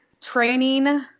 Training